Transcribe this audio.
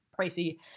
pricey